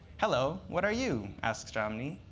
hello, what are you, asks jomny.